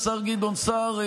השר גדעון סער,